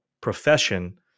profession